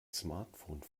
smartphone